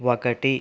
ఒకటి